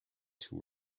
two